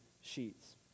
sheets